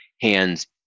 hands